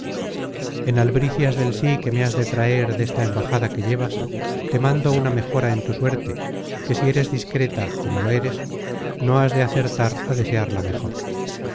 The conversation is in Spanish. en albricias del sí que me has de traer desta embajada que llevas te mando una mejora en tu suerte que si eres discreta como lo eres no has de acertar á desearla mejor